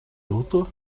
d’autre